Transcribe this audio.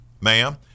ma'am